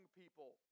people